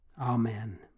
Amen